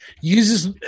uses